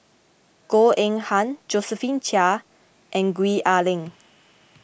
Goh Eng Han Josephine Chia and Gwee Ah Leng